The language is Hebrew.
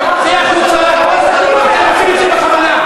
אדוני היושב-ראש, מזכירים לו את,